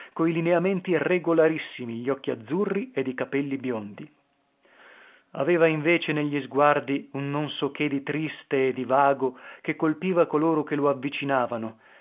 coi lineamenti regolarissimi gli occhi azzurri ed i capelli biondi aveva invece negli sguardi un non so che di triste e di vago che colpiva coloro che lo avvicinavano